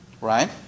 Right